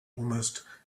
almost